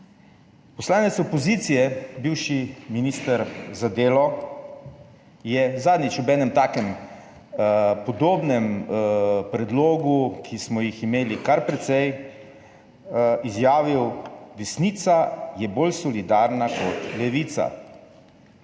Poslanec opozicije, bivši minister za delo je zadnjič ob enem takem podobnem predlogu, ki smo jih imeli kar precej, izjavil: »Desnica je bolj solidarna kot levica.«